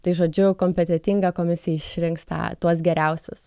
tai žodžiu kompetentinga komisija išrinks tą tuos geriausius